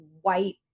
white